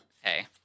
Hey